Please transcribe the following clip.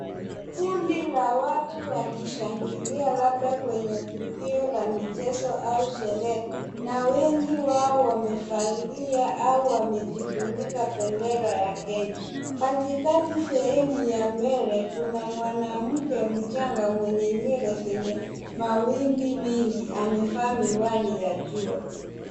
Kundi la watu wakishangilia labda kwenye tukio la michezo au sherehe na wengi wao wamevalia au wamejifunika bendera ya Kenya. Katikati sehemu ya mbele, kuna mwanamke mchanga mwenye nywele zenye mawimbi mengi, amevaa miwani ya jua.